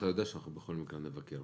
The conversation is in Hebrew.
אתה יודע שאנחנו בכל מקרה נבקר,